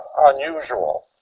unusual